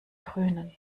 grünen